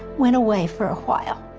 went away for a while.